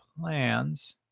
plans